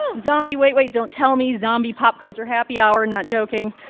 ah zombie wait wait. don't tell me, zombie pop culture happy hour not joking.